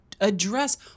address